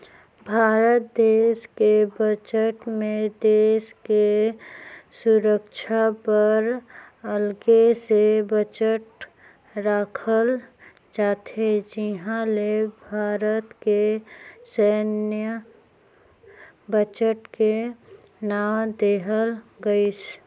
भारत देस के बजट मे देस के सुरक्छा बर अगले से बजट राखल जाथे जिहां ले भारत के सैन्य बजट के नांव देहल गइसे